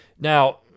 Now